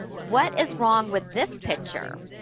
what is wrong with this picture?